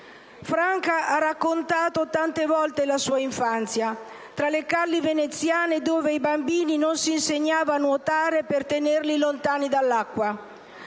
Franca ha raccontato tante volte la sua infanzia tra le calli veneziane dove ai bambini non si insegnava a nuotare per tenerli lontani dall'acqua.